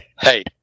hey